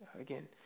again